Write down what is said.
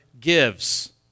gives